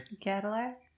Cadillac